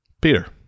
Peter